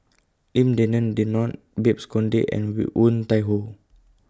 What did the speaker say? Lim Denan Denon Babes Conde and Woon Tai Ho